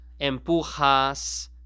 empujas